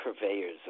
purveyors